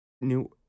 new